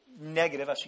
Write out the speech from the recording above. negative